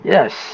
Yes